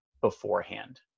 beforehand